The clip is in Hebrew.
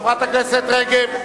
חברת הכנסת רגב.